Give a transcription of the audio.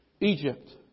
Egypt